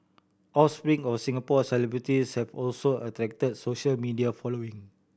offspring of Singapore celebrities have also attract social media following